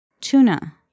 Tuna